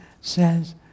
says